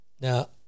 Now